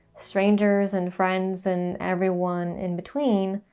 strangers and friends and everyone in-between,